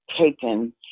taken